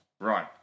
Right